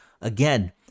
again